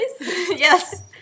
Yes